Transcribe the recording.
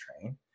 train